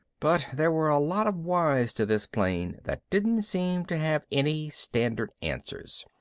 but there were a lot of whys to this plane that didn't seem to have any standard answers.